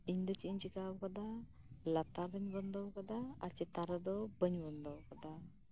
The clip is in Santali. ᱤᱧ ᱫᱚ ᱪᱮᱫ ᱤᱧ ᱪᱤᱠᱟᱹ ᱠᱟᱫᱟ ᱞᱟᱛᱟᱨ ᱨᱤᱧ ᱵᱚᱱᱫᱚ ᱠᱟᱫᱟ ᱪᱮᱛᱟᱱ ᱨᱮᱫᱚ ᱵᱟᱹᱧ ᱵᱚᱱᱫᱚ ᱟᱠᱟᱫᱟ